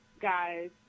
guys